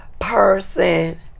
person